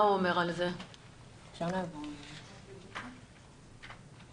עדיף שהיא